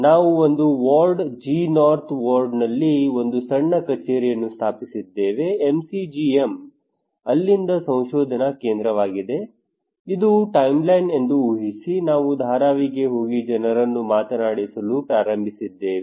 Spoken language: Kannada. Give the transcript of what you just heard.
ನಾವು ಒಂದು ವಾರ್ಡ್ G North ವಾರ್ಡ್ನಲ್ಲಿ ಒಂದು ಸಣ್ಣ ಕಚೇರಿಯನ್ನು ಸ್ಥಾಪಿಸಿದ್ದೇವೆ MCGM ಅಲ್ಲಿಂದ ಸಂಶೋಧನಾ ಕೇಂದ್ರವಾಗಿದೆ ಇದು ಟೈಮ್ಲೈನ್ ಎಂದು ಊಹಿಸಿ ನಾವು ಧಾರಾವಿಗೆ ಹೋಗಿ ಜನರನ್ನು ಮಾತನಾಡಿಸಲು ಪ್ರಾರಂಭಿಸಿದ್ದೇವೆ